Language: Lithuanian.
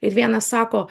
ir vienas sako